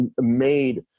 made